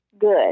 good